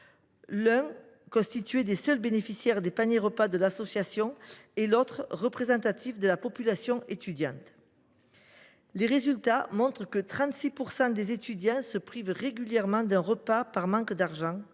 l’un constitué des seuls bénéficiaires des paniers repas de l’association et l’autre représentatif de la population étudiante. Les résultats montrent que 36 % des étudiants se privent régulièrement d’un repas par manque d’argent